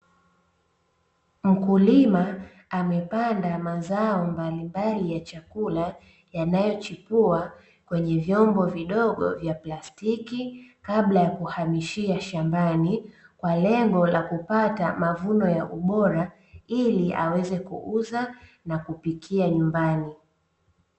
Mkulima amepanda mazao mbalimbali ya chakula, yanayochipua kwenye vyombo vidogo vya plastiki kabla ya kuhamishia shambani, kwa lengo la kupata mavuno ya ubora ili aweze kuuza na kupikia nyumbani.